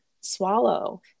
swallow